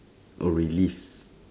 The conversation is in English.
or release